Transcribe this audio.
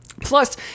Plus